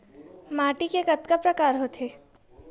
माटी के कतका प्रकार होथे?